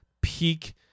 peak